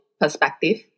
perspective